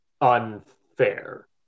unfair